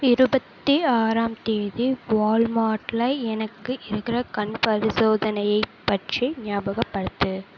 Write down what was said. இருபத்தி ஆறாம் தேதி வால்மார்ட்டில் எனக்கு இருக்கிற கண் பரிசோதனையை பற்றி ஞாபகப்படுத்து